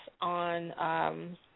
on